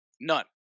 None